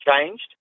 changed